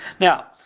Now